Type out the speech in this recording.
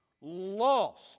Lost